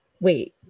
wait